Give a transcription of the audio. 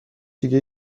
دیگه